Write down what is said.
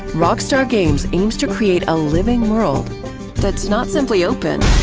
rockstar games aims to create a living world that is not simply open,